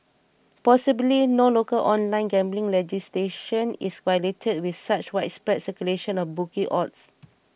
possibly no local online gambling legislation is violated with such widespread circulation of bookie odds